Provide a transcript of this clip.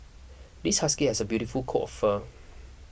this husky has a beautiful coat of fur